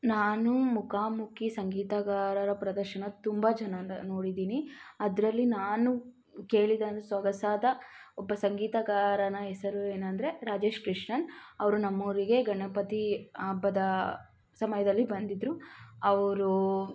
ನಾನು ಮುಖಾಮುಖಿ ಸಂಗೀತಗಾರರ ಪ್ರದರ್ಶನ ತುಂಬ ಜನಾನ ನೋಡಿದ್ದೀನಿ ಅದರಲ್ಲಿ ನಾನು ಕೇಳಿದ ಸೊಗಸಾದ ಒಬ್ಬ ಸಂಗೀತಗಾರನ ಹೆಸರು ಏನಂದರೆ ರಾಜೇಶ್ ಕೃಷ್ಣನ್ ಅವರು ನಮ್ಮ ಊರಿಗೆ ಗಣಪತಿ ಹಬ್ಬದ ಸಮಯದಲ್ಲಿ ಬಂದಿದ್ದರು ಅವರು